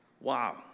Wow